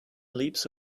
leaps